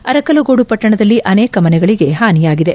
ಅರಕಲಗೂಡು ಪಟ್ಟಣದಲ್ಲಿ ಅನೇಕ ಮನೆಗಳಿಗೆ ಹಾನಿಯಾಗಿದೆ